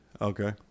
Okay